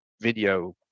video